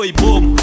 boom